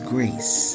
Grace